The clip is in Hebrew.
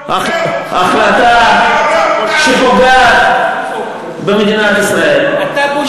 החלטה שפוגעת במדינת ישראל, אתה בולשביק.